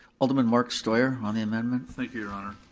alderman mark steuer, on the amendment? thank you, your honor.